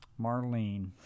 Marlene